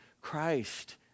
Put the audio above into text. Christ